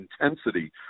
intensity